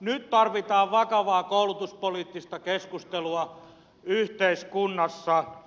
nyt tarvitaan vakavaa koulutuspoliittista keskustelua yhteiskunnassa